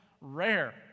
rare